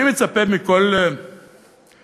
אני מצפה מכל בן-חורין,